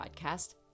podcast